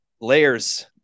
Layers